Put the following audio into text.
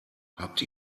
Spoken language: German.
habt